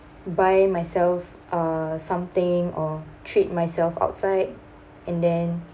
buy myself uh something or treat myself outside and then